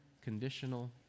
conditional